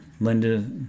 Linda